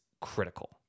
critical